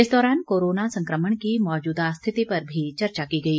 इस दौरान कोरोना संकमण की मौजूदा स्थिति पर भी चर्चा की गई